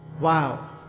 Wow